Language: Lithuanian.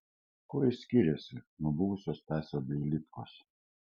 kuo jis skiriasi nuo buvusio stasio dailydkos